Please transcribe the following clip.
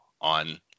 on